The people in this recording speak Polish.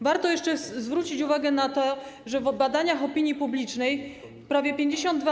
Warto jeszcze zwrócić uwagę na to, że według badań opinii publicznej prawie 52%